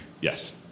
Yes